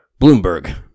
Bloomberg